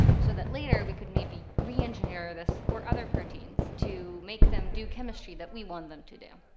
so that later we could maybe re-engineer this or other proteins to make them do chemistry that we want them to do.